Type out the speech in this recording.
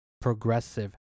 progressive